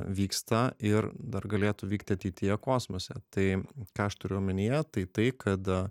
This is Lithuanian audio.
vyksta ir dar galėtų vykti ateityje kosmose tai ką aš turiu omenyje tai tai kad